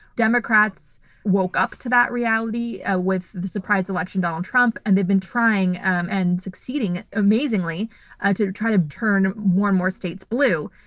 democrats woke up to that reality ah with the surprise election of donald trump, and they've been trying um and succeeding amazingly ah to try to turn more and more states blue.